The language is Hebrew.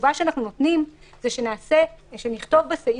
התשובה שאנחנו נותנים היא שנכתוב בסעיף,